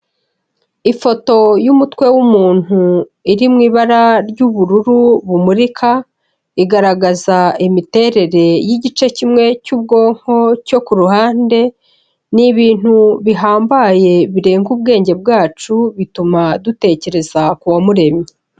Ifoto y'umutwe w'umuntu, iri mu ibara ry'ubururu bumurika, igaragaza imiterere y'igice kimwe cy'ubwonko cyo ku ruhande, ni ibintu bihambaye birenga ubwenge bwacu, bituma dutekereza ku uwamuremye.